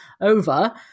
over